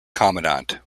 commandant